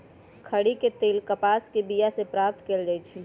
खरि के तेल कपास के बिया से प्राप्त कएल जाइ छइ